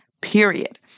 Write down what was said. period